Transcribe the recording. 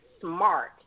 smart